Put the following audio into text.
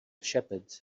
shepherds